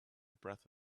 breath